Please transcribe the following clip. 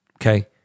okay